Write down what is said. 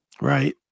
right